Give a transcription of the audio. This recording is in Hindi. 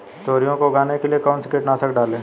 तोरियां को उगाने के लिये कौन सी कीटनाशक डालें?